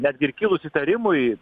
netgi ir kilus įtarimui